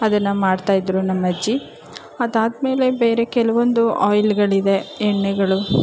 ಅದನ್ನು ಮಾಡ್ತಾಯಿದ್ದರು ನಮ್ಮ ಅಜ್ಜಿ ಅದಾದಮೇಲೆ ಬೇರೆ ಕೆಲವೊಂದು ಆಯಿಲ್ಲುಗಳಿದೆ ಎಣ್ಣೆಗಳು